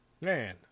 man